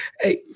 hey